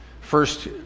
first